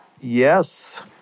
Yes